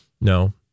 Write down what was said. No